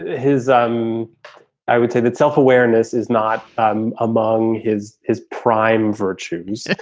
his. um i would say that self-awareness is not um among his his prime virtues.